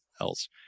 Else